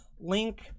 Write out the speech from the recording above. link